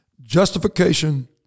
Justification